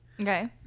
Okay